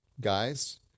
Guys